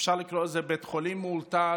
אפשר לקרוא לזה בית חולים מאולתר,